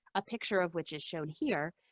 a picture of which is shown here,